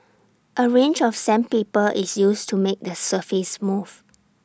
A range of sandpaper is used to make the surface smooth